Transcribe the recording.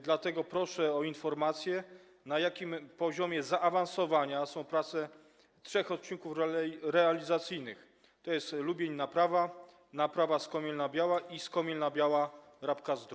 Dlatego proszę o informację, na jakim poziomie zaawansowania są prace na trzech odcinkach realizacyjnych, tj. Lubień - Naprawa, Naprawa - Skomielna Biała i Skomielna Biała - Rabka-Zdrój.